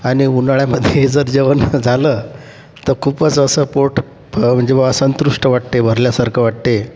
आणि उन्हाळ्यामध्ये जर जेवण झालं तर खूपच असं पोट म्हणजे बा संतुष्ट वाटते भरल्यासारखं वाटते